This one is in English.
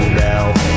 now